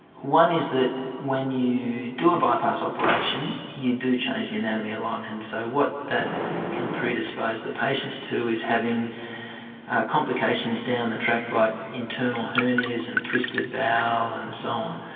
one is that when you do a bypass operation you do change the anatomy a lot. and so what that can predispose the patients to is having complications down the track like internal hernias and twisted bowel and so on.